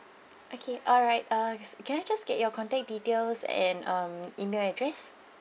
okay alright uh can I just get your contact details and um email address